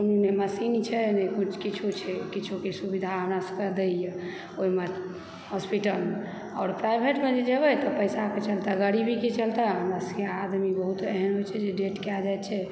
नहि मशीन छै नहि किछु छै न किछु के सुविधा हमरा सभकेँ दयए ओहिमे हॉस्पीटलमे आओर प्राइवेटमजे जेबय तऽ पैसाके चलते गरीबीके चलते हमरासभ आदमी बहुत एहन छै जे डेड कए जाइत छै